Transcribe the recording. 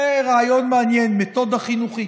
זה רעיון מעניין, מתודה חינוכית.